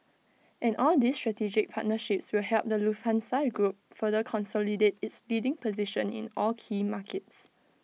and all these strategic partnerships will help the Lufthansa group further consolidate its leading position in all key markets